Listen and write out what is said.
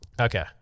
Okay